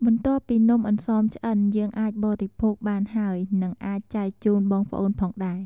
បន្ទាប់ពីនំអន្សមឆ្អិន យើងអាចបរិភោគបានហើយនិងអាចចែកជូនបងប្អូនផងដែរ។